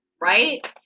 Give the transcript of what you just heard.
right